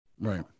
Right